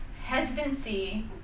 hesitancy